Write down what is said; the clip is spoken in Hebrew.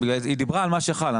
היא דיברה על מה שחל.